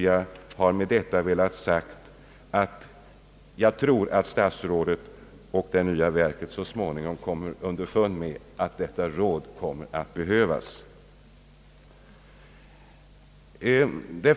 Jag har med dessa ord velat säga att jag tror att statsrådet och det nya verket så småningom kommer underfund med att detta råd behövs.